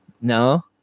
No